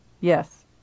Yes